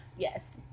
Yes